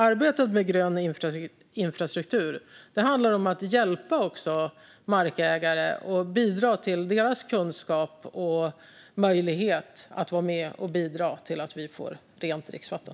Arbetet med grön infrastruktur handlar om att hjälpa markägare och bidra till deras kunskap och möjlighet att vara med och bidra till att vi får rent dricksvatten.